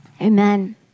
Amen